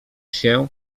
się